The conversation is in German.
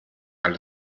alle